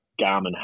Garmin